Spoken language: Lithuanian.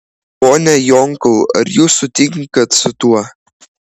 pone jonkau ar jūs sutinkat su tuo